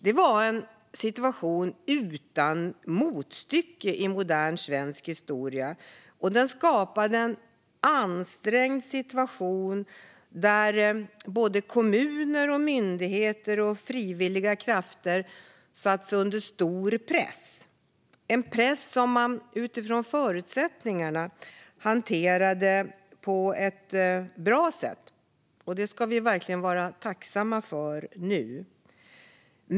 Det var en situation utan motstycke i modern svensk historia. Det skapades en ansträngd situation där kommuner, myndigheter och frivilliga krafter sattes under stor press. Denna press hanterade man utifrån förutsättningarna på ett bra sätt, och det ska vi vara tacksamma för nu.